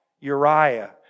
Uriah